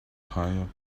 tired